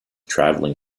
traveling